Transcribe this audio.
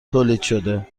تولیدشده